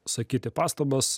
sakyti pastabas